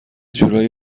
جورایی